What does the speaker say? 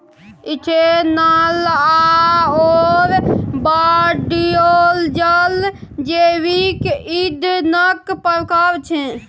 ethanol आओर biodiesel जैविक ईंधनक प्रकार छै